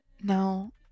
Now